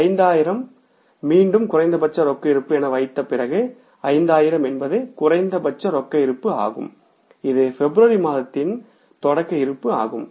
5000 ஐ மீண்டும் குறைந்தபட்ச ரொக்க இருப்பு என வைத்த பிறகு5000 என்பது குறைந்தபட்ச ரொக்க இருப்பு ஆகும் இது பிப்ரவரி மாதத்திற்கான தொடக்க இருப்பு ஆகும்